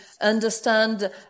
understand